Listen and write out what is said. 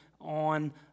on